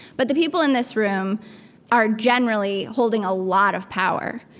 but the people in this room are generally holding a lot of power.